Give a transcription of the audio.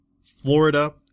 Florida